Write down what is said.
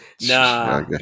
Nah